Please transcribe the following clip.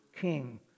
king